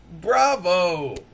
bravo